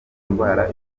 indwara